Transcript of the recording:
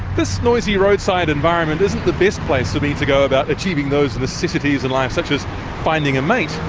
this noisy roadside environment isn't the best place for me to go about achieving those necessities in life such as finding a mate,